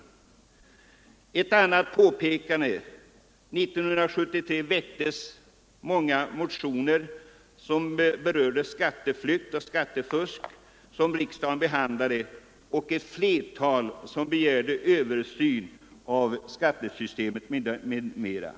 Jag vill också göra det påpekandet att det år 1973 väcktes många riksdagsmotioner om skatteflykt och skattefusk, och i ett flertal motioner begärde man en översyn av skattesystemet m.m.